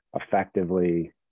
effectively